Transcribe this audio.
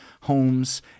homes